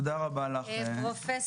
פרופ'